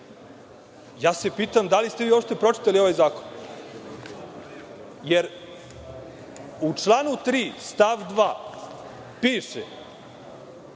Ja se pitam – da li ste vi uopšte pročitali ovaj zakon? Jer, u članu 3. stav 2. piše: